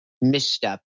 misstep